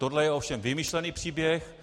Tohle je ovšem vymyšlený příběh.